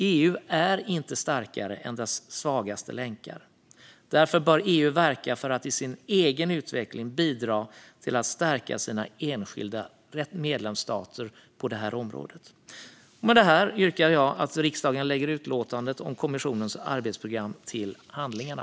EU är inte starkare än dess svagaste länkar. Därför bör EU verka för att i sin egen utveckling bidra till att stärka sina enskilda medlemsstater på det här området. Med detta yrkar jag att riksdagen lägger utlåtandet om kommissionens arbetsprogram till handlingarna.